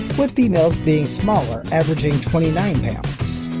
with females being smaller, averaging twenty nine pounds.